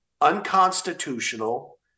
unconstitutional